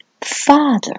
Father